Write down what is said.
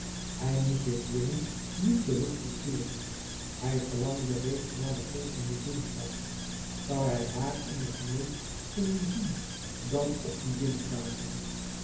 hij moest zich dwingen niet terug te keeren hij verlangde reeds naar den volgenden dinsdag zoû hij haar anders nooit kunnen zien dan op die dinsdagen